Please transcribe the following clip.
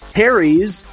harry's